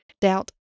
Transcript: doubt